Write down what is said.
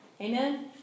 Amen